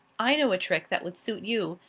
i know a trick that would suit you,